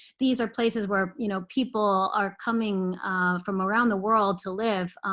these are places where you know people are coming from around the world to live.